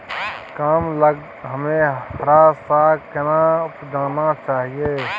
कम लग में हरा साग केना उपजाना चाही?